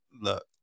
Look